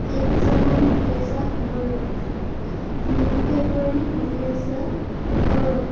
এক জানুৱাৰী দুহেজাৰ ষোল্ল দুই ফেব্ৰুৱাৰী দুহেজাৰ সোতৰ